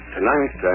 Tonight